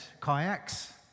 kayaks